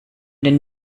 den